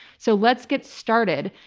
so let's get started.